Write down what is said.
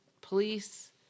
police